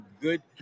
good